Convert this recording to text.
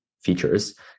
features